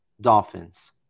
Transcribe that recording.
Dolphins